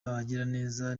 abagiraneza